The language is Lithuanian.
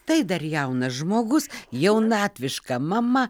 tai dar jaunas žmogus jaunatviška mama